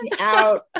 out